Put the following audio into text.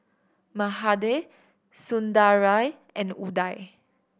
Mahade Sundaraiah and Udai